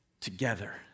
together